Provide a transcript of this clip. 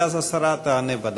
ואז השרה תענה בוודאי.